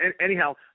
anyhow